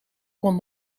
kon